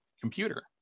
computer